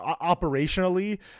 operationally